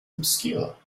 obscure